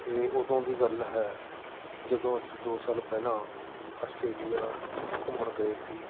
ਇਹ ਉਦੋਂ ਦੀ ਗੱਲ ਹੈ ਜਦੋਂ ਅਸੀਂ ਦੋ ਸਾਲ ਪਹਿਲਾਂ ਆਸਟ੍ਰੇਲੀਆ ਘੁੰਮਣ ਗਏ ਸੀ